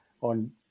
on